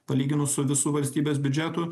palyginus su visu valstybės biudžetu